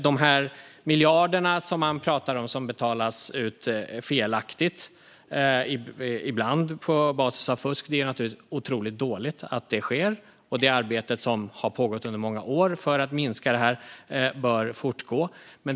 När det gäller de miljarder som betalas ut felaktigt, ibland på basis av fusk, är det naturligtvis otroligt dåligt att det sker. Det arbete för att minska detta som har pågått under många år bör fortgå.